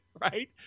right